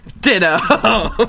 Ditto